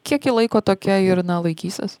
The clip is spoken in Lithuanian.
kiek ji laiko tokia ir laikysis